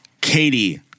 Katie